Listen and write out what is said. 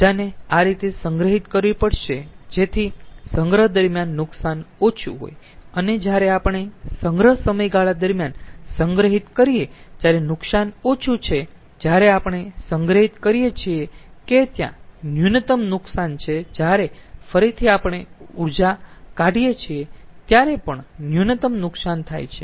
ઊર્જાને આ રીતે સંગ્રહિત કરવી પડશે જેથી સંગ્રહ દરમ્યાન નુકસાન ઓછું હોય અને જ્યારે આપણે સંગ્રહ સમયગાળા દરમિયાન સંગ્રહિત કરીયે ત્યારે નુકસાન ઓછું છે જ્યારે આપણે સંગ્રહિત કરીયે છીએ કે ત્યાં ન્યૂનતમ નુકસાન છે જ્યારે ફરીથી આપણે ઊર્જા કાઢીએ છીએ ત્યારે ત્યાં ન્યૂનતમ નુકસાન થાય છે